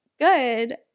Good